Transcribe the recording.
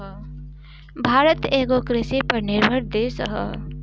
भारत एगो कृषि पर निर्भर देश ह